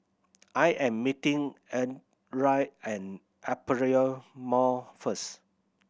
I am meeting and Aperia Mall first